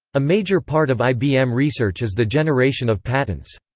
a major part of ibm research is the generation of patents.